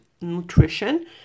nutrition